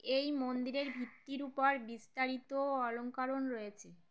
এই মন্দিরের ভিত্তির উপর বিস্তারিত অলঙ্কারণ রয়েছে